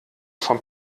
vom